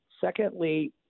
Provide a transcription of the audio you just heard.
secondly